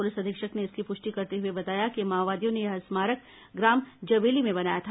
police अधीक्षक ने इसकी पुष्टि करते हुए बताया कि माओवादियों ने यह स्मारक ग्राम जबेली में बनाया था